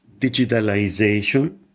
digitalization